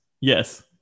Yes